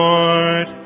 Lord